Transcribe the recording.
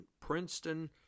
Princeton